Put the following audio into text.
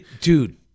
dude